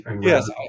Yes